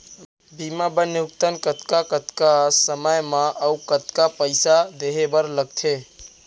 बीमा बर न्यूनतम कतका कतका समय मा अऊ कतका पइसा देहे बर लगथे